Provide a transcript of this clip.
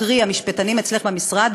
קרי המשפטנים אצלך במשרד,